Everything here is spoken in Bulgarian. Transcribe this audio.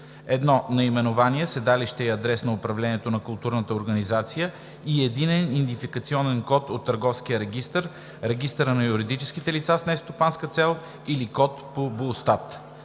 1. наименование, седалище и адрес на управление на културната организация и единен идентификационен код от търговския регистър, регистъра на юридическите лица с нестопанска цел или код по БУЛСТАТ;